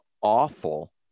awful